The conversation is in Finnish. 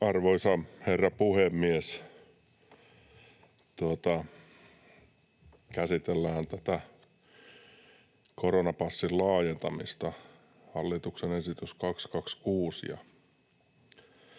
Arvoisa herra puhemies! Käsitellään tätä koronapassin laajentamista, hallituksen esitys 226,